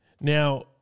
Now